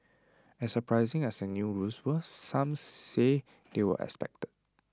as surprising as the new rules were some say they were expected